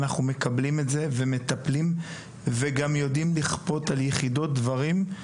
אנחנו מקבלים את זה ומטפלים וגם יודעים לכפות על יחידות דברים.